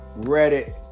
Reddit